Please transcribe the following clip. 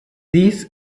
dies